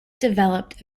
developed